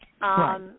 Right